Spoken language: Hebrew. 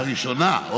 הראשונה.